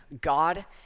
God